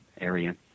area